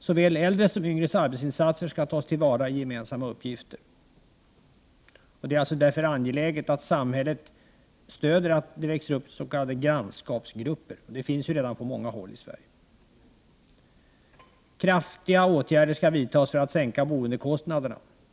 Såväl äldres som yngres arbetsinsatser ska tas tillvara i gemensamma uppgifter.” Det är därför angeläget att samhället stöder s.k. grannskapsgrupper som redan finns på många håll i Sverige. ”8. Kraftiga åtgärder ska vidtas för att sänka boendekostnaderna.